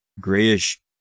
grayish